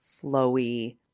flowy